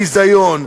ביזיון.